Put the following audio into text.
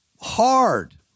hard